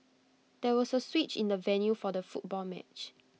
there was A switch in the venue for the football match